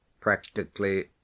practically